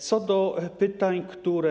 Co do pytań, które.